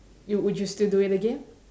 you would you still do it again